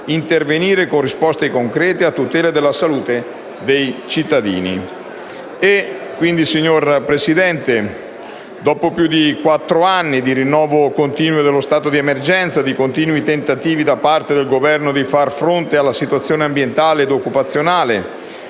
intervenire con risposte concrete a tutela della salute dei cittadini. Quindi, signor Presidente, dopo più di quattro anni di rinnovo dello stato di emergenza, di continui tentativi da parte del Governo di far fronte alla situazione ambientale ed occupazionale